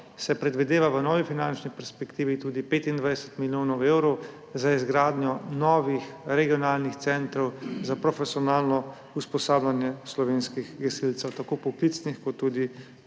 se predvideva v novi finančni perspektivi tudi 25 milijonov evrov za izgradnjo novih regionalnih centrov za profesionalno usposabljanje slovenskih gasilcev, tako poklicnih kot tudi